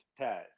Taz